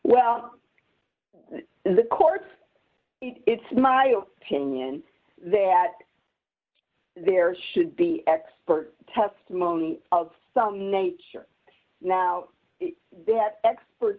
well the courts it's my opinion that there should be expert testimony of some nature now that expert